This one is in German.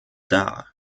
dar